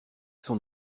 son